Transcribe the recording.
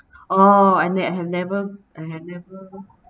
oh and that I have never I have never